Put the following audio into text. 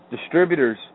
Distributors